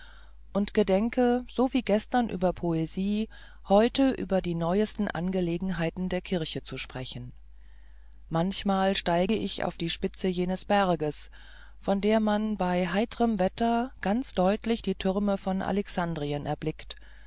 und gedenke so wie gestern über poesie heute über die neuesten angelegenheiten der kirche zu sprechen manchmal steige ich auf die spitze jenes berges von der man bei heitrem wetter ganz deutlich die türme von alexandrien erblickt